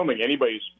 anybody's